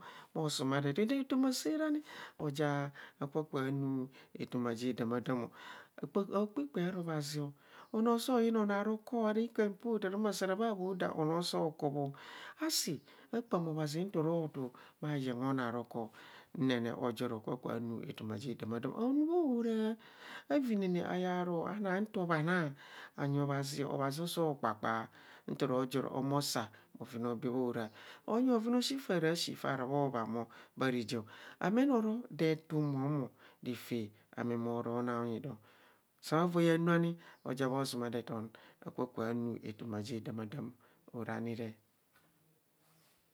Bho somarethan etoma saa rani oja akakubho anu etoma je damadam, akpaakpaa ara abhazzio anoo soyina onoo aroker ara ika mpoo taaro. masa ra bha bho daa. anoo soo kobho asi akpaam anhazi nto ro tuu bhayen anoo arokor. nene ojo ri akakuanu etoma je damadaamo aunu bha ohora, avanane ayr aruo ana nto bhanaa anyi obhazio, abhazio asoo kpakpaa nto joro omo saa abhenaobee bhoraa anyi abhoven alshi fs rabhan bho. leha reje amene oro dee tun mom o. refe ame mora naa anyi doisovai anu ani, oja bho somarethon akaku anu etoma je damadamọ ora ni re